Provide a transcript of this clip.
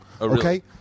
Okay